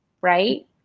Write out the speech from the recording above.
right